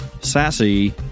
sassy